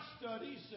studies